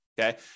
okay